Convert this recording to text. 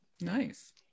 nice